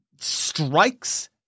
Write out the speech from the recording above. strikes